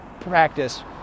practice